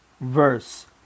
verse